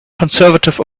conservative